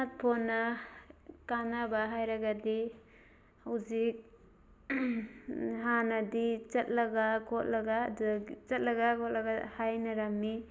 smart ꯐꯣꯟꯅ ꯀꯥꯟꯅꯕ ꯍꯥꯏꯔꯒꯗꯤ ꯍꯧꯖꯤꯛ ꯍꯥꯟꯅꯗꯤ ꯆꯠꯂꯒ ꯈꯣꯠꯂꯒ ꯑꯗꯨꯗꯒꯤ ꯆꯠꯂꯒ ꯈꯣꯠꯂꯒ ꯍꯥꯏꯅꯔꯝꯃꯤ